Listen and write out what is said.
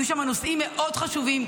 יהיו שם נושאים מאוד חשובים,